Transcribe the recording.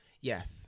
Yes